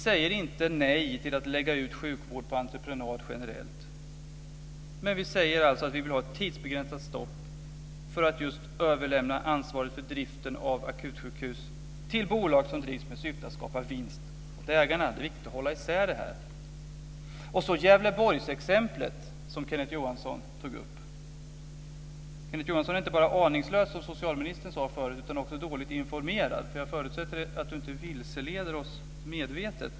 Vi säger inte nej till att lägga ut sjukvård på entreprenad generellt. Men vi säger alltså att vi vill ha ett tidsbegränsat stopp för att just överlämna ansvaret för driften av akutsjukhus till bolag som drivs med syfte att skapa vinst åt ägarna. Det är viktigt att hålla isär detta. Johansson tog upp vill jag säga följande. Kenneth Johansson är inte bara aningslös, som socialministern sade tidigare, utan också dåligt informerad. Jag förutsätter nämligen att han inte vilseleder oss medvetet.